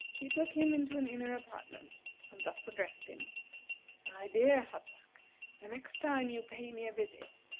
he took him into an inner apartment, and thus addressed him my dear hassak the next time you pay me a visit,